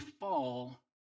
fall